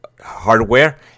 hardware